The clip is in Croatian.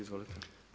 Izvolite.